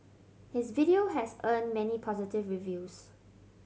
his video has earned many positive reviews